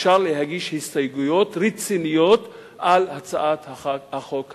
אפשר להגיש הסתייגויות רציניות על הצעת החוק הזו?